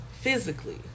physically